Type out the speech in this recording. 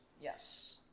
Yes